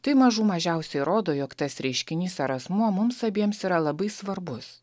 tai mažų mažiausiai rodo jog tas reiškinys ar asmuo mums abiems yra labai svarbus